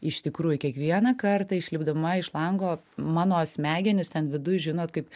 iš tikrųjų kiekvieną kartą išlipdama iš lango mano smegenys ten viduj žinot kaip